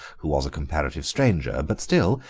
who was a comparative stranger, but still,